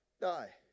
die